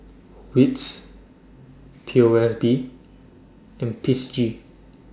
WITS P O S B and P C G